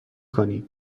کنی